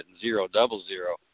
zero-double-zero